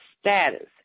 status